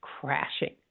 crashing